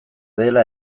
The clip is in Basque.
dela